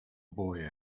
boy